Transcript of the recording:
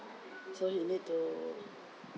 so he need to